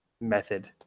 method